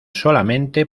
solamente